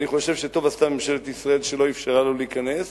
אני חושב שטוב עשתה ממשלת ישראל שלא אפשרה לו להיכנס.